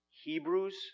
Hebrews